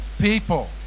people